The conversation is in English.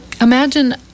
imagine